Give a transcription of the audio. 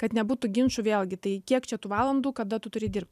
kad nebūtų ginčų vėlgi tai kiek čia tų valandų kada tu turi dirbt